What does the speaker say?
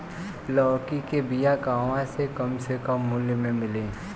लौकी के बिया कहवा से कम से कम मूल्य मे मिली?